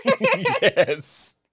yes